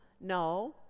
No